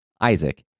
Isaac